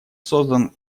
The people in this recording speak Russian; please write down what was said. создан